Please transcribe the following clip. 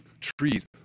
trees